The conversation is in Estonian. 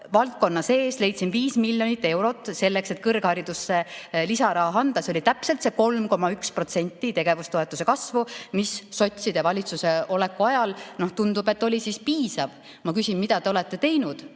valdkonna sees 5 miljonit eurot, selleks et kõrgharidusele lisaraha anda. See oli täpselt see 3,1% tegevustoetuse kasvu, mis sotside valitsuses oleku ajal, tundub, oli piisav. Ma küsin, mida te olete teinud